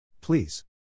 Please